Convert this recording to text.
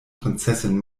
prinzessin